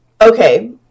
Okay